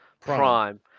prime—